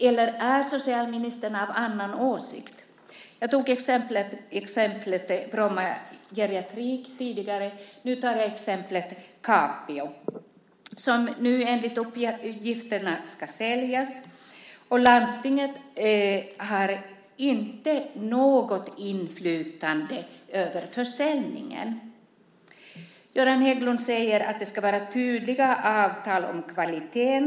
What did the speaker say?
Eller är socialministern av en annan åsikt? Tidigare tog jag upp exemplet Brommageriatriken. Nu tar jag exemplet Capio som enligt uppgift ska säljas. Landstinget har inte något inflytande över försäljningen. Göran Hägglund säger att det ska finnas tydliga avtal om kvaliteten.